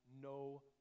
no